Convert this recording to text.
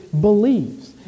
believes